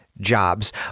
jobs